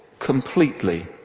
completely